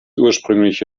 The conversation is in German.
ursprüngliche